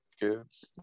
kids